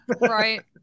right